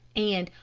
and,